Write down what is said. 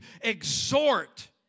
exhort